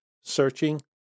searching